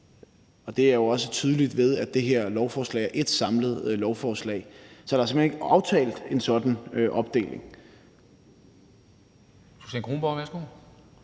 Og det ses jo også tydeligt ved, at det her lovforslag er ét samlet lovforslag. Så der er simpelt hen ikke aftalt en sådan opdeling.